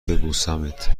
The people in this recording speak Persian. ببوسمت